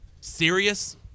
serious